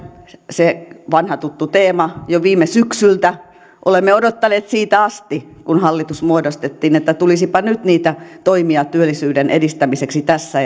se on vanha tuttu teema jo viime syksyltä olemme odottaneet siitä asti kun hallitus muodostettiin että tulisipa nyt niitä toimia työllisyyden edistämiseksi tässä